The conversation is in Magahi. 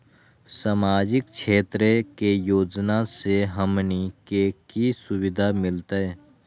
सामाजिक क्षेत्र के योजना से हमनी के की सुविधा मिलतै?